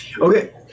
Okay